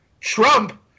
Trump